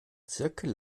zirkel